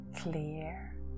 clear